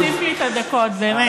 אדוני, תוסיף לי את הדקות, באמת.